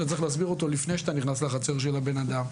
אתה צריך להסביר אותו לפני שאתה נכנס לחצר של הבן אדם.